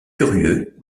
curieux